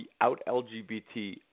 out-LGBT